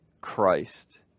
Christ